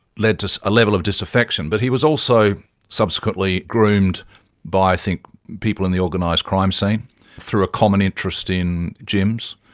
led to a level of disaffection. but he was also subsequently groomed by i think people in the organised crime scene through a common interest in gyms.